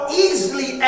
easily